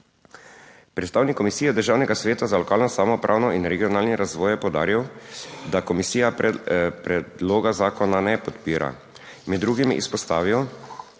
Predstavnik Komisije Državnega sveta za lokalno samoupravo in regionalni razvoj je poudaril, da komisija predloga zakona ne podpira, med drugim izpostavil,